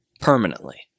permanently